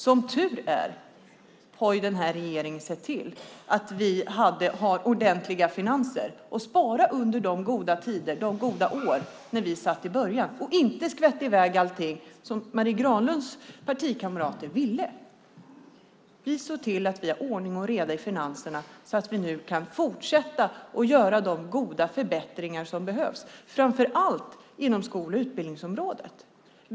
Som tur är har den här regeringen sett till att vi har ordentliga finanser och sparade under de goda åren i början och inte skvätte i väg allting, som Marie Granlunds partikamrater ville. Vi såg till att vi har ordning och reda i finanserna så att vi nu kan fortsätta att göra de förbättringar som behövs, framför allt inom skol och utbildningsområdet.